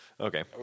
Okay